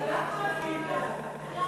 סעיפים 1 2